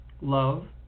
love